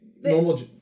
normal